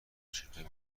چشمک